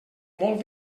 molt